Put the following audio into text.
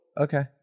Okay